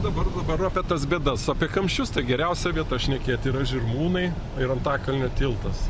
dabar dabar apie tas bėdas apie kamščius tai geriausia vieta šnekėti yra žirmūnai ir antakalnio tiltas